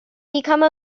become